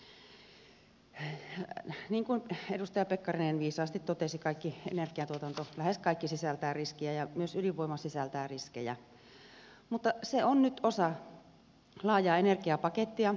niin kuin edustaja pekkarinen viisaasti totesi kaikki energiantuotanto lähes kaikki sisältää riskejä ja myös ydinvoima sisältää riskejä mutta se on nyt osa laajaa energiapakettia